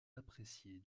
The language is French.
appréciée